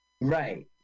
Right